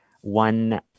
one